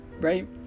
right